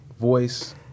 voice